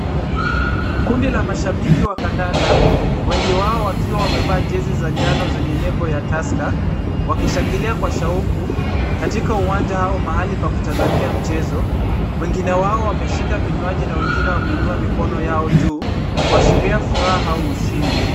Kundi la mashabiki wa kandanda wengi wao wakiwa wamevaa jezi za njano zenye nembo ya Tusker wakishangilia kwa shauku katika uwanja hao mahali pa kutazamia mchezo. Wengine wao wameshika vinywaji na wengine wameinua mikono yao juu kuashiria furaha au ushindi.